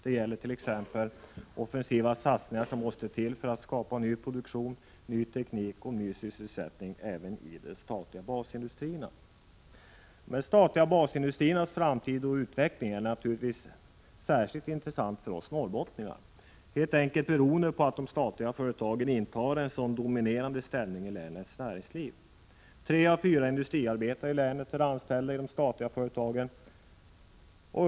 Det gäller t.ex. de offensiva satsningar som måste till för att skapa ny produktion, ny teknik och ny sysselsättning även i de statliga basindustrierna. De statliga basindustriernas framtid och utveckling är naturligtvis särskilt intressant för oss norrbottningar, helt enkelt beroende på att de statliga företagen intar en så dominerande ställning i länets näringsliv. Tre av fyra industriarbetare i länet är anställda i de statliga företagen.